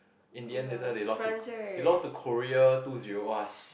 in the end later they lost to they lost to Korea two zero !wah!